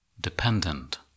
dependent